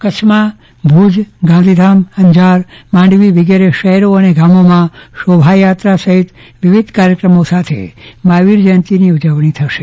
કચ્છમાં ભુજગાંધીધામઅંજારમાંડવી વગેરે શહેરી અને ગામોમાં શોભાયાત્રા સફીત વિવિધ કાર્યક્રમો સાથે મહાવીર જયંતીની ઉજવણી થસે